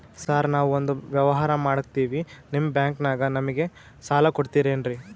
Sir ನಾವು ಒಂದು ವ್ಯವಹಾರ ಮಾಡಕ್ತಿವಿ ನಿಮ್ಮ ಬ್ಯಾಂಕನಾಗ ನಮಿಗೆ ಸಾಲ ಕೊಡ್ತಿರೇನ್ರಿ?